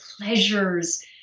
pleasures